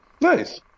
Nice